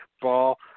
ball